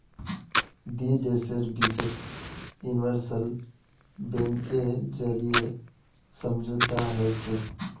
दी देशेर बिचत यूनिवर्सल बैंकेर जरीए समझौता हछेक